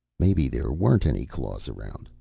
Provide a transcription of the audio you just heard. maybe there weren't any claws around.